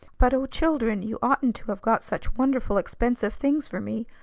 but o children! you oughtn't to have got such wonderful, expensive things for me.